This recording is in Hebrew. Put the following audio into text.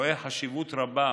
רואה חשיבות רבה